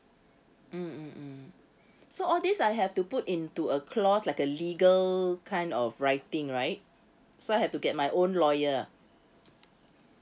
mm mm mm so all these I have to put into a clause like a legal kind of writing right so I have to get my own lawyer